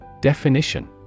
Definition